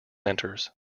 centers